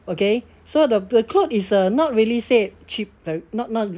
okay so the the clothes is uh not really say cheap very not not